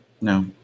no